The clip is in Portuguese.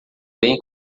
bem